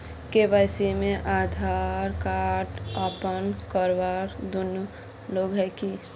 KYC में Aadhaar card आर pan card दुनू लगे है की?